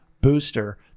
booster